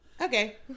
Okay